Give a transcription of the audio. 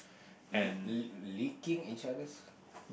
li~ li~ licking each other's